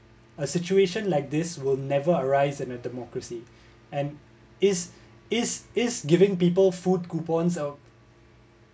a situation like this will never rise and a democracy and is is is giving people food coupons uh